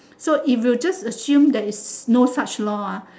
so if you just assume there is no such law ah